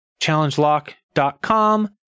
Challengelock.com